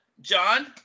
John